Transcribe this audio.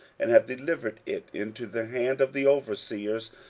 and have delivered it into the hand of the overseers,